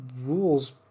rules